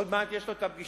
עוד מעט יש לו פגישה,